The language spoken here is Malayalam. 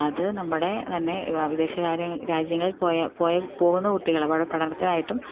അത് നമ്മുടെ തന്നെ വിദേശ രാജ്യങ്ങളിൽ പോകുന്ന കുട്ടികള് അവിടെ പഠനത്തിനായിട്ടും